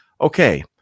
Okay